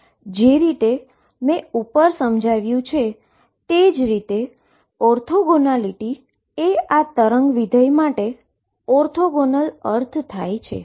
જે રીતે મેં ઉપર સમજાવ્યું છે તે મુજબ ઓર્થોગોનિલિટી એ આ વેવ ફંક્શન માટેનો ઓર્થોગોનલ અર્થ થાય છે